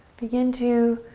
begin to